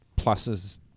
pluses